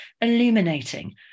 illuminating